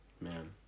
man